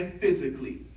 physically